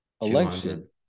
election